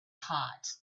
hot